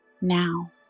now